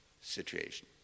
situation